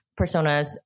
personas